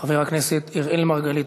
חבר הכנסת אראל מרגלית,